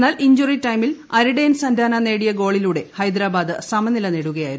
എന്നാൽ ഇഞ്ചുറി ടൈമിൽ Aridane Santana നേടിയ ഗോളിലൂടെ ഹൈദരാബാദ് സമനില് ന്റേടുകയായിരുന്നു